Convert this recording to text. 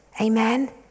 Amen